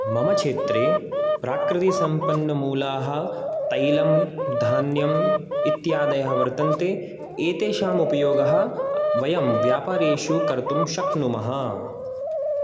मम क्षेत्रे प्राकृतिसम्पन्नमूलाः तैलं धान्यम् इत्यादयः वर्तन्ते एतेषामुपयोगः वयं व्यापारेषु कर्तुं शक्नुमः